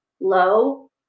low